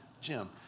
Jim